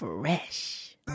Fresh